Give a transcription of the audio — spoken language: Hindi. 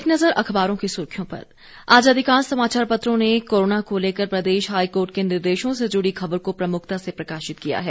एक नज़र अखबारों की सुर्खियों पर आज अधिकांश समाचार पत्रों ने कोरोना को लेकर प्रदेश हाईकोर्ट के निर्देशों से जुड़ी खबर को प्रमुखता से प्रकाशित किया है